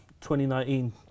2019